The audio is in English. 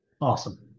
Awesome